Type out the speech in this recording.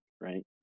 right